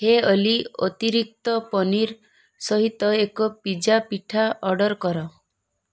ହେ Ollie ଅତିରିକ୍ତ ପନିର୍ ସହିତ ଏକ ପିଜ୍ଜା ପିଠା ଅର୍ଡ଼ର୍ କର